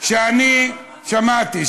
שמעתי.